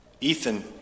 Ethan